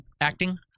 acting